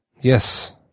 Yes